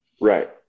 right